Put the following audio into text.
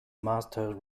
master